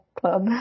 club